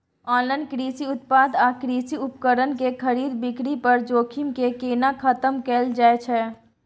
Online कृषि उत्पाद आ कृषि उपकरण के खरीद बिक्री पर जोखिम के केना खतम कैल जाए छै?